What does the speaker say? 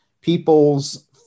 people's